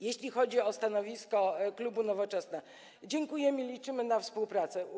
Jeśli chodzi o stanowisko klubu Nowoczesna, to dziękujemy i liczymy na współpracę.